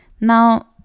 now